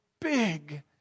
big